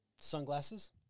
sunglasses